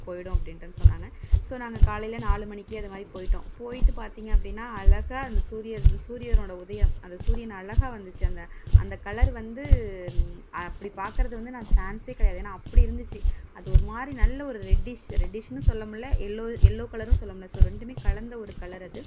போய்விடும் அப்படின்ட்டுன் சொன்னாங்க ஸோ நாங்கள் காலையில் நாலு மணிக்கே இதுமாதிரி போய்விட்டோம் போய்விட்டு பார்த்திங்க அப்படின்னா அழகாக அந்த சூரியன் சூரியனோடய உதயம் அந்த சூரியன் அழகாக வந்துச்சு அந்த அந்த கலர் வந்து அப்படி பார்க்கறது வந்து நான் சான்ஸே கிடையாது ஏன்னா அப்படி இருந்துச்சு அது ஒருமாதிரி நல்ல ஒரு ரெட்டிஷ் ரெட்டிஷ்ஷுனு சொல்ல முடில எல்லோ எல்லோ கலர்னு சொல்ல முடில ஸோ ரெண்டுமே கலந்த ஒரு கலர் அது